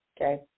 Okay